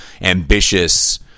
ambitious